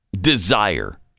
desire